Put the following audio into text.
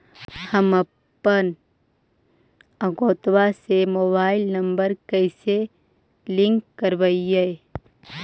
हमपन अकौउतवा से मोबाईल नंबर कैसे लिंक करैइय?